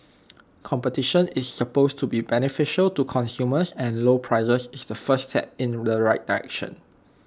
competition is supposed to be beneficial to consumers and lower prices is the first step in the right direction